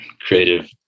creative